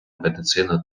медицину